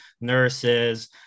nurses